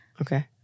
Okay